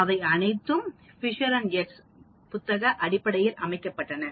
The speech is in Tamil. அவை அனைத்தும் Fisher and Yates புத்தக அடிப்படையில் அமைக்கப்பட்டன